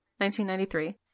1993